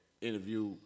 interview